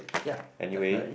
ya definitely